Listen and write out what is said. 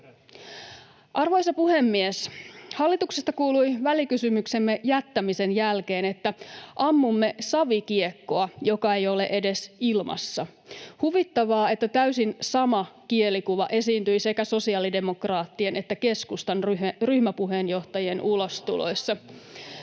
Arvoisa puhemies! Hallituksesta kuului välikysymyksemme jättämisen jälkeen, että ammumme savikiekkoa, joka ei ole edes ilmassa. Huvittavaa, että täysin sama kielikuva esiintyi sekä sosiaalidemokraattien että keskustan ryhmäpuheenjohtajien ulostuloissa.